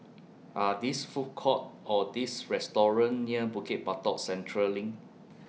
Are These Food Courts Or These restaurants near Bukit Batok Central LINK